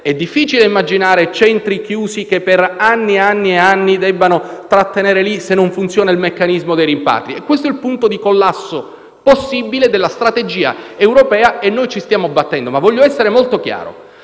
è difficile immaginare centri chiusi che, per anni e anni, debbano trattenere queste persone se non funziona il meccanismo dei rimpatri. Questo è il punto di collasso possibile della strategia europea. Noi ci stiamo battendo ma voglio essere molto chiaro: